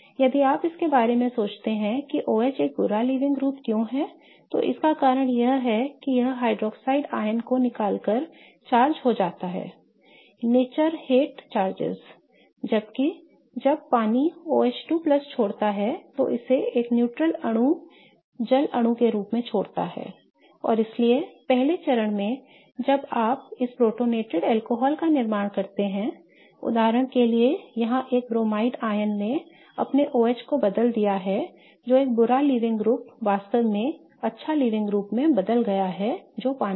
यदि आप इसके बारे में सोचते हैं की OH एक बुरा लीविंग ग्रुप क्यों है तो इसका कारण यह है कि यह हाइड्रॉक्साइड आयन को निकालकर चार्ज हो जाता है 'nature hate charges' I जबकि जब पानी OH2 छोड़ता है इसे एक neutral जल अणु के रूप में छोड़ता है और इसलिए पहले चरण में जब आप इस प्रोटोनेटेड अल्कोहल का निर्माण करते हैं उदाहरण के लिए यहां एक ब्रोमाइड आयन ने आपने OH को बदल दिया है जो एक बुरा लीविंग ग्रुप वास्तव में अच्छा लीविंग ग्रुप में बदल गया है जो पानी है